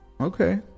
Okay